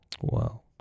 Wow